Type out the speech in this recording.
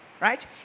Right